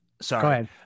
Sorry